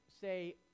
say